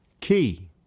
Key